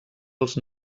els